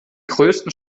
größten